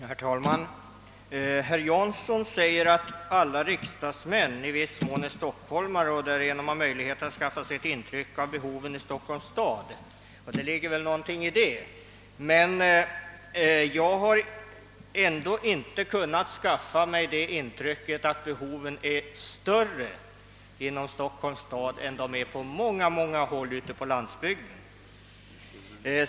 Herr talman! Herr Jansson säger att alla riksdagsmän i viss mån är stockholmare och därför har möjlighet att skaffa sig ett intryck av behoven av väganslag här i Stockholm. Det ligger väl någonting i det, men jag har ändå inte kunnat få det intrycket att dessa behov är större inom Stockholms stad än på många håll ute på landsbygden.